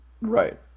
right